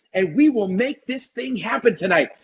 and we will make this thing happen tonight.